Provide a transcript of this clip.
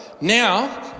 Now